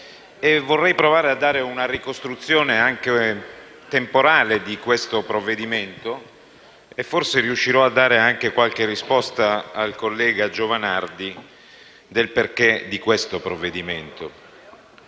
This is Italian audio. Vorrei provare a dare una ricostruzione temporale del provvedimento in esame e forse riuscirò a dare anche qualche risposta al collega Giovanardi del perché dello stesso. Questo provvedimento